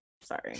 Sorry